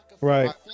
Right